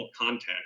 context